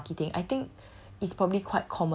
and especially for marketing I think